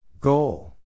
Goal